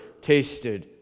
tasted